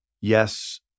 yes